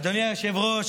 אדוני היושב-ראש,